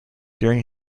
during